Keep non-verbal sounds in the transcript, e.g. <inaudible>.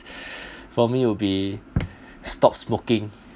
<breath> for me will be stop smoking